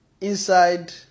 inside